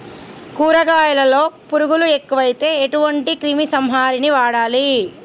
కూరగాయలలో పురుగులు ఎక్కువైతే ఎటువంటి క్రిమి సంహారిణి వాడాలి?